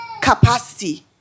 capacity